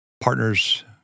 partners